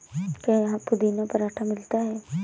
क्या यहाँ पुदीना पराठा मिलता है?